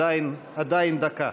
עדיין דקה.